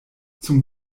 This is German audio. zum